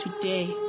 today